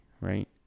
right